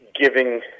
giving